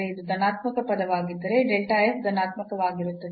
ಇದು ಧನಾತ್ಮಕ ಪದವಾಗಿದ್ದರೆ ಧನಾತ್ಮಕವಾಗಿರುತ್ತದೆ